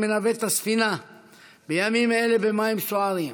שמנווט את הספינה בימים אלה במים סוערים: